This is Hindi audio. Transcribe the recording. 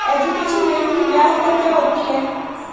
एजुकेशन ऋृण की ब्याज दर क्या होती हैं?